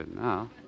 now